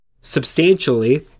substantially